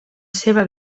seva